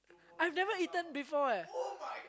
I've never eaten before eh